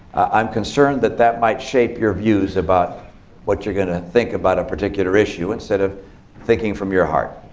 i'm concerned that that might shape your views about what you're going to think about a particular issue instead of thinking from your heart.